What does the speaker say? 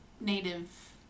native